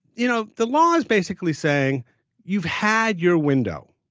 you know the law is basically saying you've had your window,